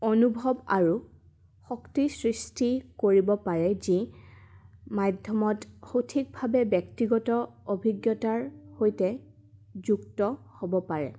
অনুভৱ আৰু শক্তি সৃষ্টি কৰিব পাৰে যি মাধ্যমত সঠিকভাৱে ব্যক্তিগত অভিজ্ঞতাৰ সৈতে যুক্ত হ'ব পাৰে